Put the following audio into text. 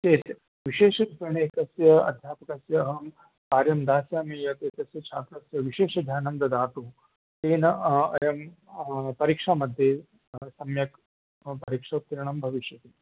चेत् विशेषरूपेण एकस्य अध्यापकस्य अहं कार्यं दास्यामि यत् तस्य छात्रस्य विशेषध्यानं ददातु येन अयं परीक्षामध्ये सम्यक् परीक्षोत्तीर्णो भविष्यति